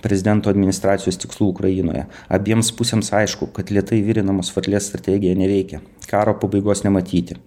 prezidento administracijos tikslų ukrainoje abiems pusėms aišku kad lėtai virinamos varlės strategija neveikia karo pabaigos nematyti